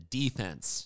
defense